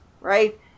right